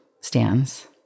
stands